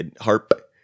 harp